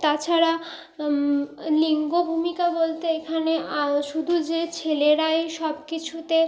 তাছাড়া লিঙ্গ ভূমিকা বলতে এখানে শুধু যে ছেলেরাই সব কিছুতে